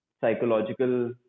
psychological